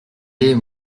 laid